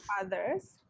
others